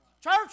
Church